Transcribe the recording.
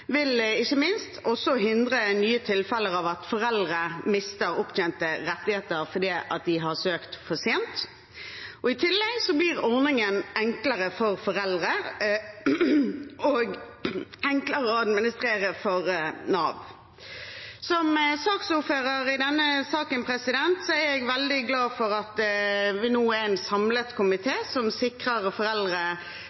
vil ikke minst også hindre nye tilfeller av at foreldre mister opptjente rettigheter fordi de har søkt for sent. I tillegg blir ordningen enklere for foreldre og enklere å administrere for Nav. Som saksordfører i denne saken er jeg veldig glad for at vi nå er en samlet